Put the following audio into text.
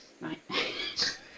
right